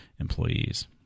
employees